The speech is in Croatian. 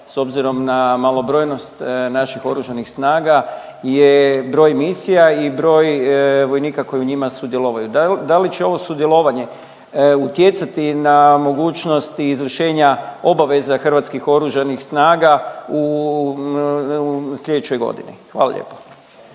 s obzirom na malobrojnost naših oružanih snaga je broj misija i broj vojnika koji u njima sudjelovaju. Da li će ovo sudjelovanje utjecati na mogućnosti izvršenja obaveza Hrvatskih oružanih snaga u slijedećoj godini? Hvala lijepa.